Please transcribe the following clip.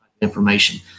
information